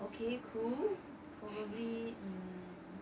okay cool probably mm